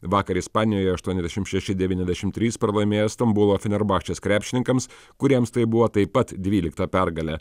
vakar ispanijoje aštuoniasdešim šeši devyniasdešim trys pralaimėjo stambulo fenerbakčės krepšininkams kuriems tai buvo taip pat dvylikta pergalė